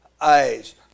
eyes